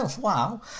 wow